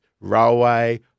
railway